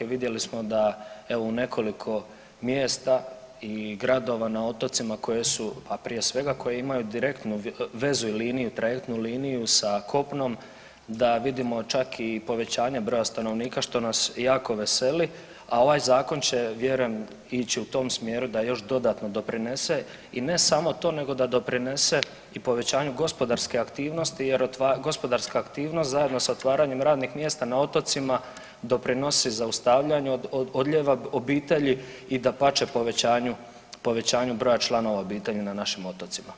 Vidjeli smo da evo u nekoliko mjesta i gradova na otocima koje su, a prije svega koje imaju direktnu vezu i liniju, trajektnu liniju sa kopnom da vidimo čak i povećanje broja stanovnika, što nas jako veseli, a ovaj zakon će vjerujem ići u tom smjeru da još dodatno doprinese i ne samo to nego da doprinese i povećanju gospodarske aktivnosti jer gospodarska aktivnost zajedno s otvaranjem radnih mjesta na otocima doprinosi zaustavljanju odljeva obitelji i dapače povećanju, povećanju broja članova obitelji na našim otocima.